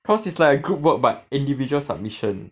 cause it's like a group work by individual submission